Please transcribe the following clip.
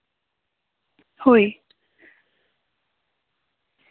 ᱦᱳᱭ